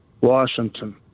Washington